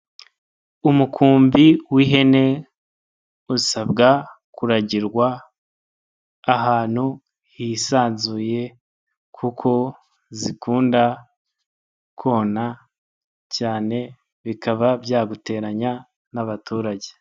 Umukumbi w'ihene usabwa kuragirwa ahantu hisanzuye kuko zikunda kona cyane bikaba byaguteranya n'abaturage.